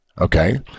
okay